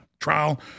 trial